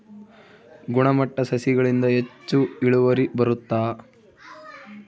ಗುಣಮಟ್ಟ ಸಸಿಗಳಿಂದ ಹೆಚ್ಚು ಇಳುವರಿ ಬರುತ್ತಾ?